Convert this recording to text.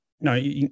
No